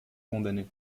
condamner